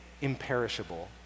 imperishable